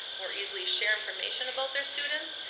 or easily share information about their students,